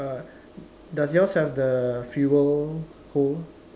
uh does yours have the fuel hole